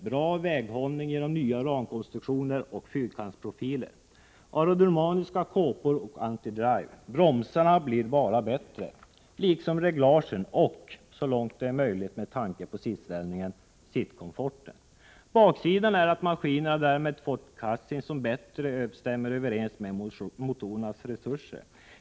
Bra väghållning genom nya ramkonstruktionen och fyrkantprofiler, aerodynamiska kåpor och antidrive. Bromsarna blir bara bättre, liksom reglagen och — så långt som det är möjligt med tanke på sittställningen — sittkomforten. Baksidan är att maskinerna därmed fått chassin som bättre stämmer överens med motorernas resurser.